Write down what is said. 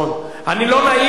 אני לא נעים לי מהמשתתפים,